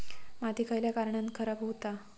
माती खयल्या कारणान खराब हुता?